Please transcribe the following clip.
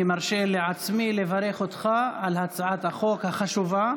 אני מרשה לעצמי לברך אותך על הצעת החוק החשובה,